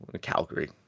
Calgary